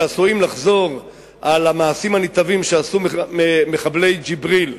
שעלולים לחזור על המעשים הנתעבים שעשו מחבלי ג'יבריל,